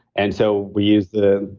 and so, we used the